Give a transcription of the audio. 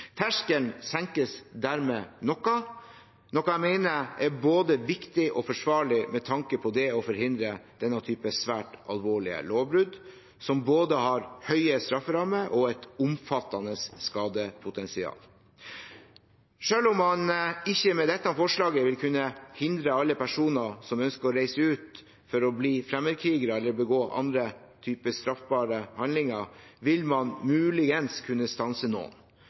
Terskelen senkes dermed noe, noe jeg mener er både viktig og forsvarlig med tanke på å forhindre denne typen svært alvorlige lovbrudd, som har både høye strafferammer og et omfattende skadepotensial. Selv om man med dette forslaget ikke vil kunne hindre alle personer som ønsker å reise ut for å bli fremmedkrigere eller begå andre typer straffbare handlinger, vil man muligens kunne stanse noen